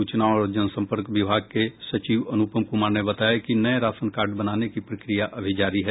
सूचना और जन संपर्क विभाग के सचिव अनुपम कुमार ने बताया कि नये राशन कार्ड बनाने की प्रक्रिया अभी जारी है